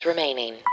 Remaining